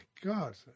god